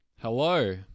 Hello